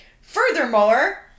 Furthermore